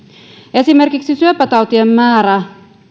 esimerkiksi syöpätautien määrän